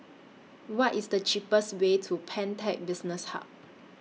What IS The cheapest Way to Pantech Business Hub